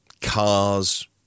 cars